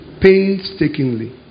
painstakingly